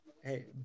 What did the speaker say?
Hey